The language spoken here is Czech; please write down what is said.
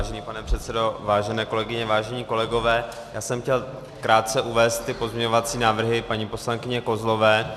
Vážený pane předsedo, vážené kolegyně, vážení kolegové, já jsem chtěl krátce uvést pozměňovací návrhy paní poslankyně Kozlové.